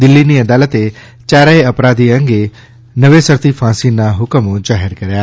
દિલ્લીની અદાલતે યારેય અપરાધી અંગે નવેસરથી ફાંસીના હુકમો જાહેર કર્યા